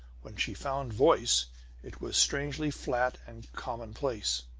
when she found voice it was strangely flat and commonplace.